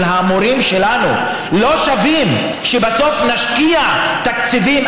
המורים שלנו לא שווים שבסוף נשקיע תקציבים,